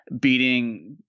beating